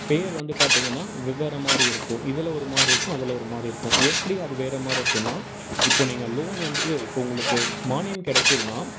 பெயர் வந்து பார்த்தீங்கன்னா வெவ்வேறு மாதிரி இருக்கும் இதில் ஒரு மாதிரி இருக்கும் அதில் ஒரு மாதிரி இருக்கும் எப்படி அது வேறு மாதிரி இருக்குதுன்னா இப்போ நீங்கள் லோன் வந்து இப்போ உங்களுக்கு மானியம் கிடைக்குதுனா